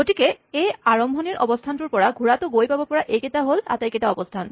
গতিকে এই আৰম্ভণিৰ অৱস্হানটোৰ পৰা ঘোঁৰাটো গৈ পাব পৰা এইকেইটাই হ'ল আটাইকেইটা অৱস্হান